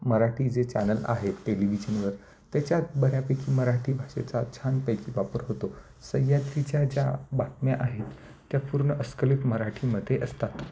मराठी जे चॅनल आहेत टेलीव्हिजनवर त्याच्यात बऱ्यापैकी मराठी भाषेचा छानपैकी वापर होतो सह्याद्री च्या ज्या बातम्या आहेत त्या पूर्ण अस्खलित मराठीमध्ये असतात